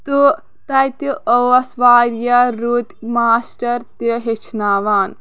تہٕ تَتہِ ٲسۍ واریاہ رٕتۍ ماسٹر تہِ ہیٚچھناوان